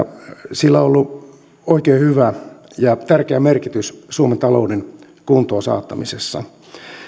sillä on ollut oikein hyvä ja tärkeä merkitys suomen talouden kuntoon saattamisessa